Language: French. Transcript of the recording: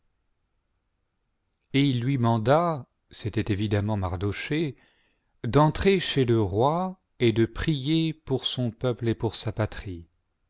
et il lui manda c'était évidemment mardochée d'entrer chez le roi et de prier pour son peuple et pour ba patrie